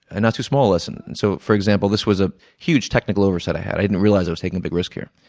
and not too small of lesson. so, for example, this was a huge technical oversight i had. i didn't realize i was taking a big risk, here.